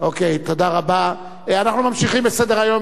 יעלה ויבוא יושב-ראש ועדת הפנים,